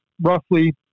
roughly